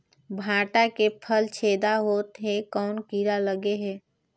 भांटा के फल छेदा होत हे कौन कीरा लगे हे?